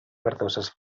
verdoses